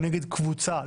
כנגד קבוצה.